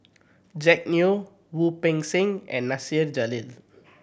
Jack Neo Wu Peng Seng and Nasir Jalil